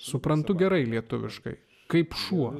suprantu gerai lietuviškai kaip šuo